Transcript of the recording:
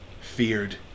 feared